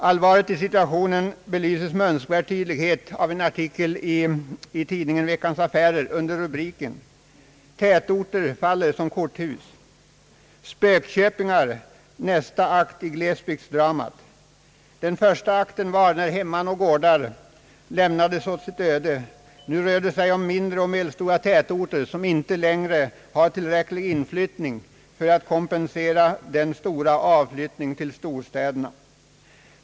Allvaret i situationen belyses med önskvärd tydlighet av en artikel i tidningen Veckans Affärer under rubrikerna »Tätorter faller som korthus», »Spökköpingar nästa akt i glesbygdsdramat». Den första akten var när hemman och gårdar lämnades åt sitt öde. Nu rör det sig om mindre eller medelstora tätorter, som inte längre har tillräckligt stor inflyttning för att kompensera avflyttningen till storstäderna.